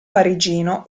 parigino